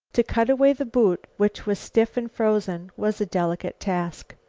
to cut away the boot, which was stiff and frozen, was a delicate task.